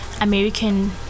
American